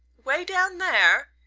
way down there?